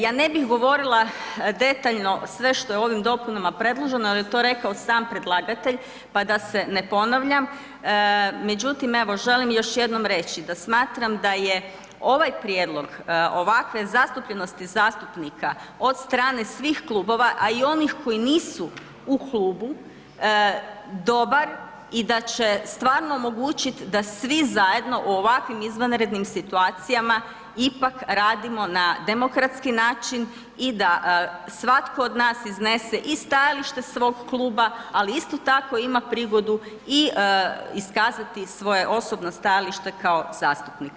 Ja ne bih govorila detaljno sve što je ovim dopunama predloženo jer je to rekao sam predlagatelj pa da se ne ponavljam, međutim, evo, želim još jednom reći da smatram da je ovaj prijedlog, ovakve zastupljenosti zastupnika od strane svih klubova, a i onih koji nisu u klubu, dobar i da će stvarno omogućiti da svi zajedno u ovakvim izvanrednim situacijama ipak radimo na demokratski način i da svatko od nas iznese i stajalište svog kluba, ali isto tako ima prigodu iskazati svoje osobno stajalište kao zastupnik.